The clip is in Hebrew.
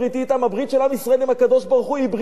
הברית של עם ישראל עם הקדוש-ברוך-הוא היא ברית עולם.